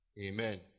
Amen